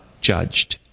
Judged